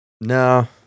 No